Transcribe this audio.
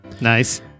Nice